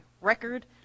record